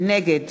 נגד